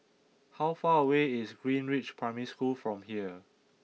how far away is Greenridge Primary School from here